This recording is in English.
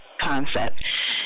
concept